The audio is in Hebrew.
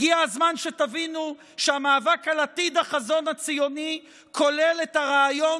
הגיע הזמן שתבינו שהמאבק על עתיד החזון הציוני כולל את הרעיון